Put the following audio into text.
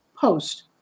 post